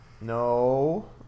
No